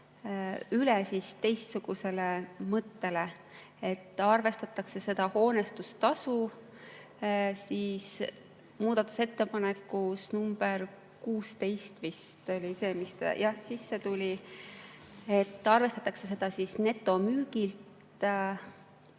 üle teistsugusele mõttele, et arvestatakse seda hoonestustasu. Muudatusettepanek nr 16 vist oli see, mis sisse tuli. Arvestatakse seda netomüügilt